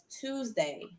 Tuesday